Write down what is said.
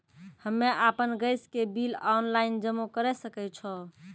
हम्मे आपन गैस के बिल ऑनलाइन जमा करै सकै छौ?